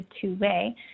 two-way